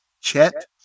Chet